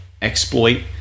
exploit